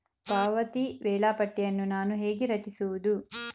ಪಾವತಿ ವೇಳಾಪಟ್ಟಿಯನ್ನು ನಾನು ಹೇಗೆ ರಚಿಸುವುದು?